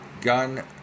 Gun